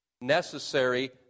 necessary